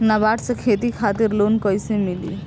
नाबार्ड से खेती खातिर लोन कइसे मिली?